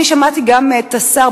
אני שמעתי גם את השר,